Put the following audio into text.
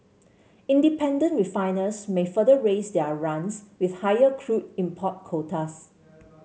independent refiners may further raise their runs with higher crude import quotas